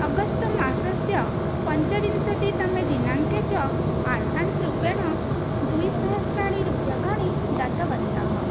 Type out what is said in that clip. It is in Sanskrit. अगश्ट्मासस्य पञ्चविंशतितमे दिनाङ्के च आड्भान्स् रूपेण द्विसहस्राणि रूप्यकाणि दतवन्तः